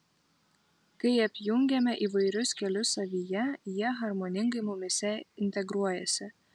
kai apjungiame įvairius kelius savyje jie harmoningai mumyse integruojasi